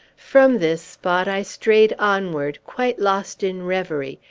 from this spot i strayed onward, quite lost in reverie,